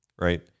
right